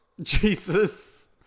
Jesus